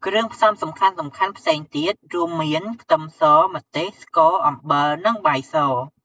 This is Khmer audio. គ្រឿងផ្សំសំខាន់ៗផ្សេងទៀតរួមមាន ខ្ទឹមស ម្ទេស ស្ករ អំបិល និងបាយស។